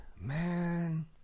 man